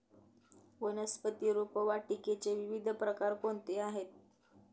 वनस्पती रोपवाटिकेचे विविध प्रकार कोणते आहेत?